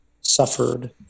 suffered